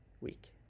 week